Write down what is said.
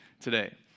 today